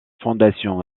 fondation